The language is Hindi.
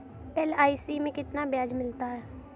एल.आई.सी में कितना ब्याज मिलता है?